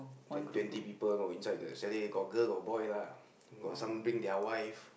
ten twenty person loh inside the chalet got girl got boy lah got some bring their wife